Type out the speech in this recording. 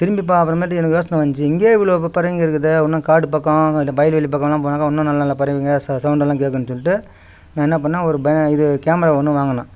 திரும்பி பார்க்கறமேட்டு எனக்கு யோசனை வந்துச்சு இங்கேயே இவ்வளோ பறவைங்க இருக்குதே இன்னும் காடு பக்கம் இல்லை வயல்வெளி பக்கம்லாம் போனாக்கா இன்னும் நல்ல நல்ல பறவைங்க சௌண்டுலாம் கேக்கும்ன்னு சொல்லிட்டு நான் என்ன பண்ணேன் ஒரு பனே இது கேமரா ஒன்று வாங்கினேன்